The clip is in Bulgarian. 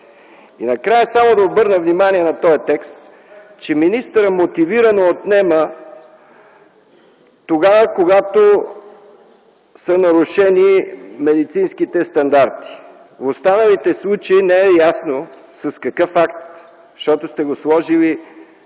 И накрая само да обърна внимание на този текст, че министърът мотивирано отнема тогава, когато са нарушени медицинските стандарти. В останалите случаи не е ясно с какъв акт, защото сте го сложили